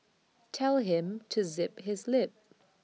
tell him to zip his lip